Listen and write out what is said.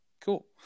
Cool